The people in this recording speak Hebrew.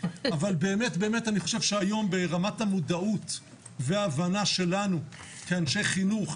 אבל באמת אני חושב שהיום ברמת המודעות וההבנה שלנו כאנשי חינוך,